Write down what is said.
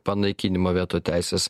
panaikinimą veto teisės